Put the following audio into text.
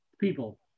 People